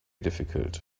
difficult